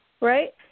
right